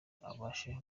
abashe